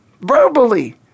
verbally